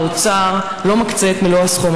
האוצר לא מקצה את מלוא הסכום,